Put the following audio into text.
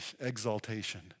exaltation